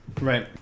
Right